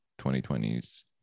2020s